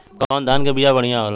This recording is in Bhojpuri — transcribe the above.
कौन धान के बिया बढ़ियां होला?